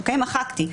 אוקיי, מחקתי.